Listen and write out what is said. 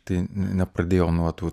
tai nepradėjau nuo tų